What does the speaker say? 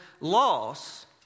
loss